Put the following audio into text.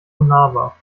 unnahbar